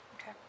Okay